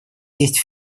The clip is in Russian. есть